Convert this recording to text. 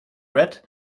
red